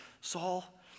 Saul